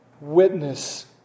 witness